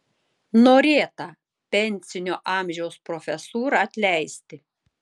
norėta pensinio amžiaus profesūrą atleisti